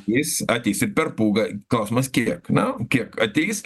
jis ateis ir per pūgą klausimas kiek na kiek ateis